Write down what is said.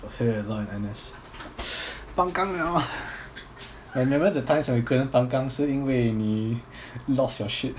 I hear a lot in N_S pang kang liao ah remember the times when we couldn't pang kang 是因为你 lost your shit